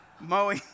Moe